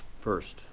First